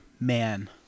man